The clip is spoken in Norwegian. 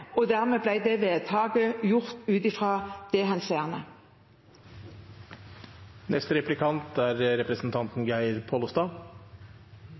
og dermed ble det vedtaket gjort ut fra det henseende.